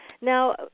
Now